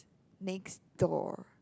next door